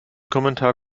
kommentar